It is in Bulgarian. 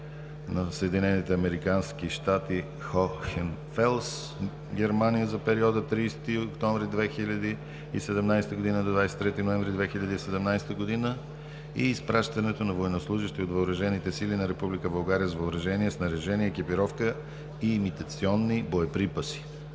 на САЩ Хохенфелс – Германия, за периода 30 октомври 2017 г. до 23 ноември 2017 г. и изпращането на военнослужещи от въоръжените сили на Република България с въоръжение, снаряжение, екипировка и имитационни боеприпаси.